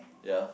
ya